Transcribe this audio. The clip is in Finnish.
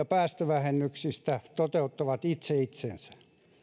päästövähennyksistä toteuttavat itse itsensä